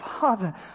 Father